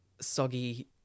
soggy